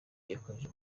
yakajije